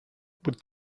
with